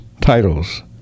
titles